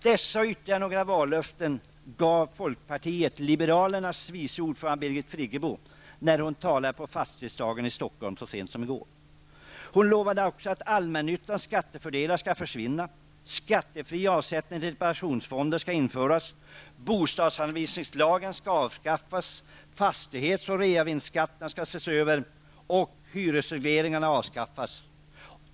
Dessa och ytterligare några vallöften gav folkpartiet liberalernas vice ordförande Birgit Friggebo när hon talade på Fastighetsdagen i Stockholm så sent som i går. Hon lovade också att allmännyttans skattefördelar skall försvinna, att skattefri avsättning till reparationsfonder skall införas, att bostadsanvisningslagen skall avskaffas, att fastighets och reavinstskatterna skall ses över och att hyresregleringarna skall avskaffas.